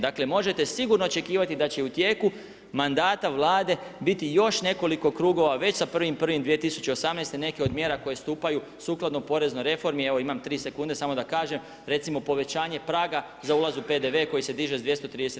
Dakle možete sigurno očekivati da će i u tijeku mandata Vlade biti još nekoliko krugova već sa 1.1.2018., neke od mjera koje stupaju sukladno poreznoj reformi, evo imam 3 sekunde samo da kažem, recimo povećanje praga za ulaz u PDV koji se diže sa 230 na 300 tisuća.